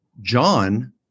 John